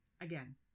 again